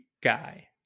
guy